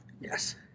Yes